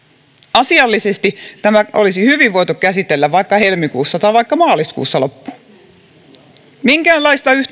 asiallisesti tämä olisi voitu hyvin käsitellä vaikka helmikuussa tai vaikka maaliskuussa loppuun minkäänlaista